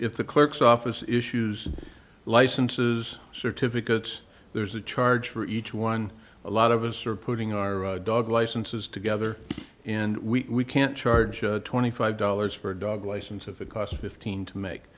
if the clerk's office issues licenses certificates there's a charge for each one a lot of us are putting our dog licenses together and we can't charge twenty five dollars for a dog license if it costs fifteen to make